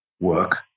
work